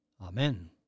Amen